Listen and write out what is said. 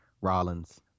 Rollins